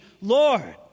Lord